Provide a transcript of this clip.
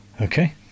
Okay